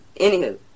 Anywho